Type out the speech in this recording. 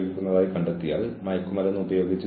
ഇത് വീണ്ടും നാല് ഘട്ട പ്രക്രിയയാണ്